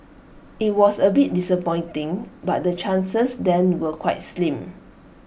IT was A bit disappointing but the chances then were quite slim